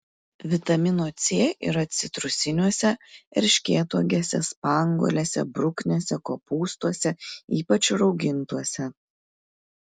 vitamino c yra citrusiniuose erškėtuogėse spanguolėse bruknėse kopūstuose ypač raugintuose